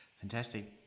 Fantastic